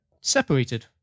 separated